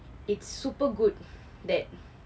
it's super good that